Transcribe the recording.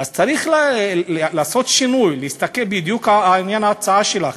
אז צריך לעשות שינוי, בדיוק עניין ההצעה שלך: